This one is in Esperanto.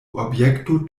objekto